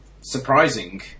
surprising